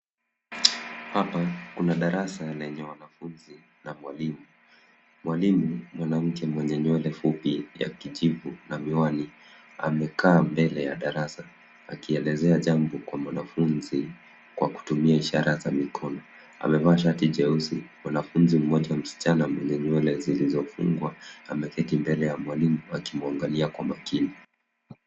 Hapa kuna darasa lenye wanafunzi na mwalimu. Mwalimu mwanamke mwenye nywele fupi ya kijivu na miwani amekaa mbele ya darasa akielezea jambo kwa mwanafunzi kwa kutumia ishara za mikono. Amevaa shati jeusi. Mwanafunzi mmoja msichana mwenye nywele zilizofungwa ameketi mbele ya mwalimu akimwangalia kwa makini.